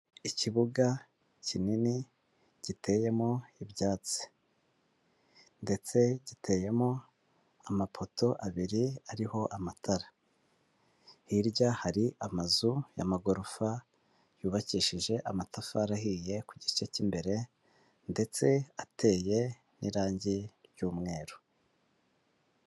Ikibuga kinini giteyemo ibyatsi ndetse giteyemo amapoto abiri ariho amatara, hirya hari amazu y'amagorofa yubakishije amatafari ahiye ku gice cy'imbere ndetse ateye n'irangi ry'umweru.